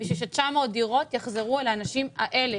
בשביל ש- 900 דירות יחזרו לאנשים האלה,